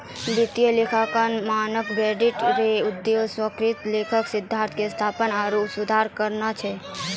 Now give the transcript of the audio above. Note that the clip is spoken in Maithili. वित्तीय लेखांकन मानक बोर्ड रो उद्देश्य स्वीकृत लेखा सिद्धान्त के स्थापना आरु सुधार करना छै